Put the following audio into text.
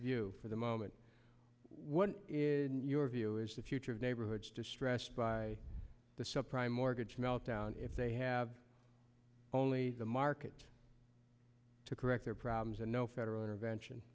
view for the moment what is your view is the future of neighborhoods distressed by the subprime mortgage meltdown if they have only the market to correct their problems and no federal intervention